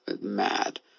mad